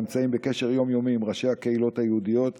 נמצאים בקשר יום-יומי עם ראשי הקהילות היהודיות,